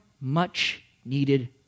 much-needed